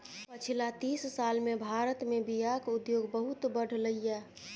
पछिला तीस साल मे भारत मे बीयाक उद्योग बहुत बढ़लै यै